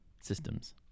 systems